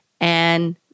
and-